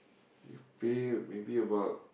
if pay maybe about